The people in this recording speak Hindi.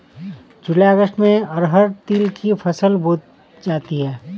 जूलाई अगस्त में अरहर तिल की फसल बोई जाती हैं